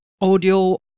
audio